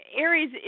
Aries